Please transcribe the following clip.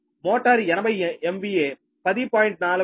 motor 80 MVA 10